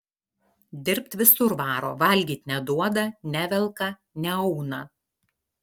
dirbt visur varo valgyt neduoda nevelka neauna